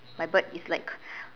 my bird is like